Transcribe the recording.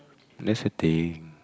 that's the thing